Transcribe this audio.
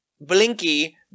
Blinky